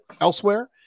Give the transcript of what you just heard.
elsewhere